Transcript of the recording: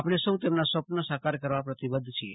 આપણે સૌ તેમના સ્વપ્ન સાકાર કરવા પ્રતિબદ્ધ છીએ